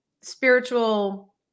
spiritual